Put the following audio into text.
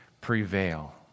prevail